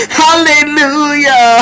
hallelujah